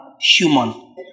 human